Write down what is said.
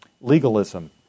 legalism